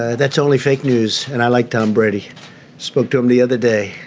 that's only fake news. and i like tom brady spoke to him the other day.